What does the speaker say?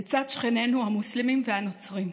לצד שכנינו המוסלמים והנוצרים.